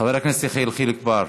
חבר הכנסת יחיאל חיליק בר,